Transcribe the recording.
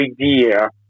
idea